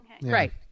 Right